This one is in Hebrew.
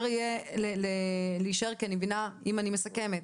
אם אני מסכמת,